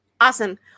Awesome